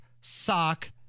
sock